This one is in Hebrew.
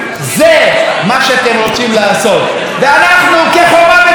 ואנחנו כחומה בצורה נגד הניסיונות הללו,